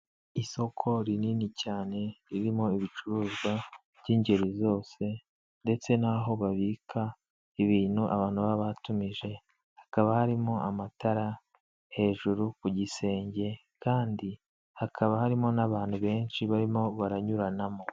Isoko rinini cyane ririmo ibicuruzwa by'ingeri zose ndetse n'aho babika ibintu abantu babatumije hakaba harimo amatara hejuru ku gisenge kandi hakaba harimo n'abantu benshi barimo baranyuranamo.